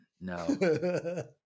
no